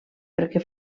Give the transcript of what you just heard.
perquè